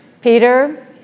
Peter